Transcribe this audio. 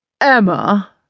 Emma